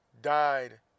died